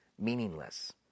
meaningless